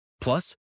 Plus